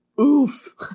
Oof